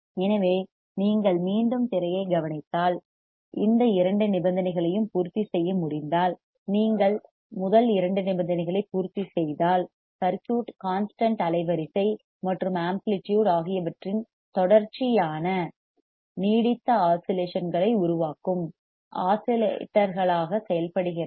எனவே நீங்கள் மீண்டும் திரையைக் கவனித்தால் இந்த இரண்டு நிபந்தனைகளையும் பூர்த்தி செய்ய முடிந்தால் நீங்கள் முதல் இரண்டு நிபந்தனைகளை பூர்த்தி செய்தால் சர்க்யூட் கான்ஸ்டன்ட் அலைவரிசை ஃபிரீயூன்சி மற்றும் ஆம்ப்ளிடியூட் ஆகியவற்றின் தொடர்ச்சியான நீடித்த ஆஸிலேஷன் களை உருவாக்கும் ஆஸிலேட்டர் ஆக செயல்படுகிறது